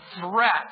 threat